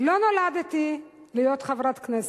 לא נולדתי להיות חברת כנסת.